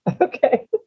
okay